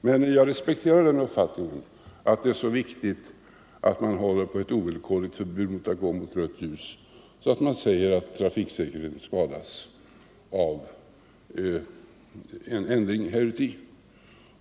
Men jag respekterar uppfattningen att det är viktigt att man håller på ett ovillkorligt förbud mot att gå mot rött ljus och att trafiksäkerheten skulle skadas av en ändring av denna bestämmelse.